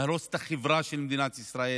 להרוס את החברה של מדינת ישראל,